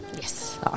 Yes